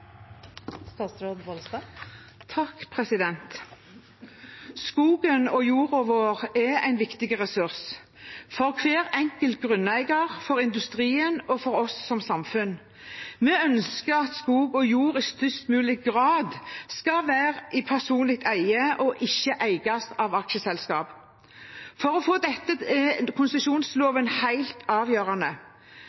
en viktig ressurs – for hver enkelt grunneier, for industrien og for oss som samfunn. Vi ønsker at skog og jord i størst mulig grad skal være i personlig eie og ikke eies av aksjeselskap. For å få til dette er